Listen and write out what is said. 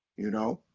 you know?